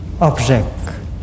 object